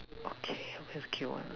okay we'll queue one